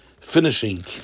finishing